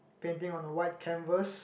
painting on the white canvas